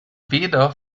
weder